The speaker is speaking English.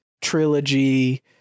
trilogy